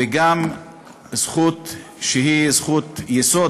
וגם זכות שהיא זכות יסוד,